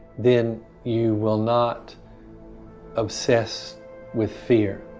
then you will not obsess with fear.